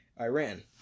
Iran